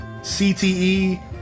cte